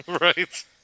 Right